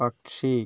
പക്ഷി